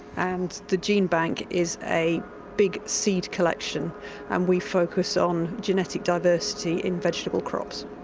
and the gene bank is a big seed collection and we focus on genetic diversity in vegetable crops.